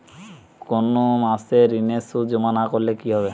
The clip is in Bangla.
কোনো মাসে ঋণের সুদ জমা না করলে কি হবে?